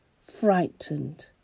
frightened